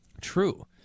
True